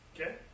Okay